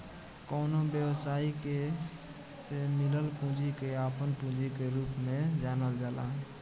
कवनो व्यवसायी के से मिलल पूंजी के आपन पूंजी के रूप में जानल जाला